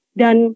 dan